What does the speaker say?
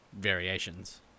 variations